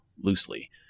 loosely